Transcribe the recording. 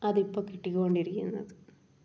അതിപ്പോൾ കിട്ടികൊണ്ടിരിക്കുന്നത്